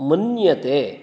मन्यते